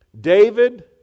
David